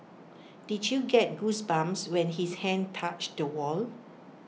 did you get goosebumps when his hand touched the wall